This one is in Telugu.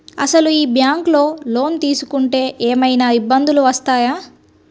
అసలు ఈ బ్యాంక్లో లోన్ తీసుకుంటే ఏమయినా ఇబ్బందులు వస్తాయా?